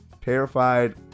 terrified